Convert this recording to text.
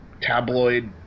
tabloid